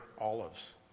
olives